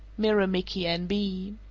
miramichi, n b.